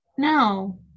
no